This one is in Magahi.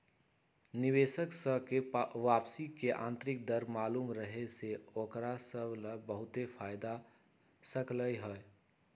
निवेशक स के वापसी के आंतरिक दर मालूम रहे से ओकरा स ला बहुते फाएदा हो सकलई ह